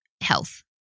health